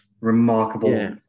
remarkable